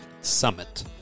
summit